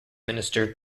minister